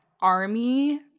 army